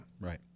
Right